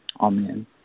Amen